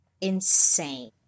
insane